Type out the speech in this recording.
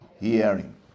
hearing